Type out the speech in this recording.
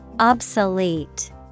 Obsolete